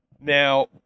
Now